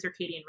circadian